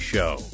Show